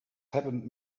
happened